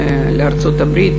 לארצות-הברית,